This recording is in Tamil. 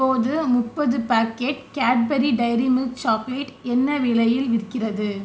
இப்போது முப்பது packet Cadbury Dairy Milk chocolate என்ன விலையில் விற்கிறது